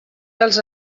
dels